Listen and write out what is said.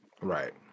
right